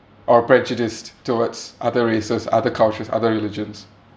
or prejudiced towards other races other cultures other religions